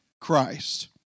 Christ